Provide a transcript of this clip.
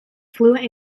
fluent